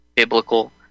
biblical